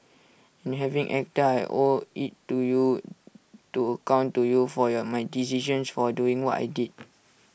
and having acted I owe IT to you to account to you for your my decisions for doing what I did